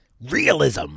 Realism